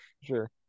Sure